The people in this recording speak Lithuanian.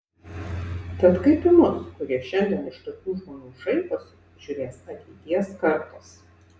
tad kaip į mus kurie šiandien iš tokių žmonių šaiposi žiūrės ateities kartos